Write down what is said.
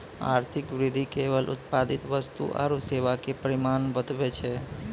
आर्थिक वृद्धि केवल उत्पादित वस्तु आरू सेवा के परिमाण बतबै छै